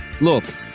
Look